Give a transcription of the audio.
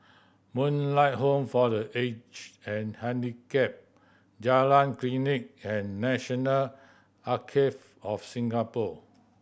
Moonlight Home for The Aged and Handicapped Jalan Klinik and National Archives of Singapore